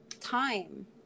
time